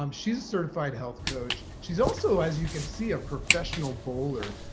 um she's a certified health coach. she's also, as you can see, a professional bowler.